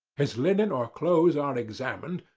his linen or clothes are examined,